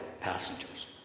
passengers